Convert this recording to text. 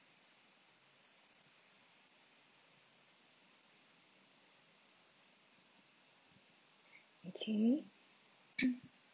okay